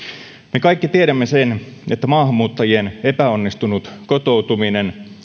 me kaikki tiedämme sen että maahanmuuttajien epäonnistunut kotoutuminen